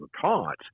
taught